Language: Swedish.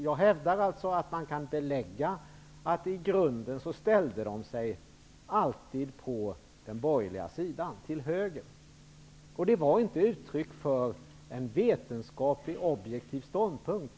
Jag hävdar alltså att man kan belägga att de i grunden alltid ställde sig på den borgerliga sidan, till höger. Det var inte uttryck för en vetenskaplig, objektiv ståndpunkt.